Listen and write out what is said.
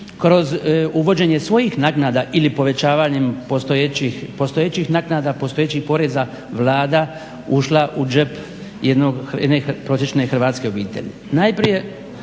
kroz uvođenje svojih naknada ili povećavanjem postojećih naknada, postojećih poreza Vlada ušla u džep jedne prosječne hrvatske obitelji.